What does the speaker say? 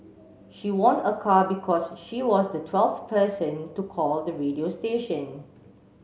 she won a car because she was the twelfth person to call the radio station